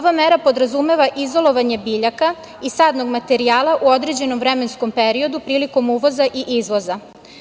Ova mera podrazumeva izolovanje biljaka i sadnog materijala u određenom vremenskom periodu prilikom uvoza i izvoza.